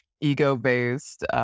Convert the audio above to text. ego-based